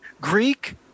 Greek